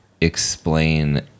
explain